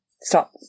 stop